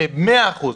במאה אחוז,